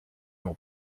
non